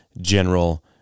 general